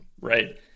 right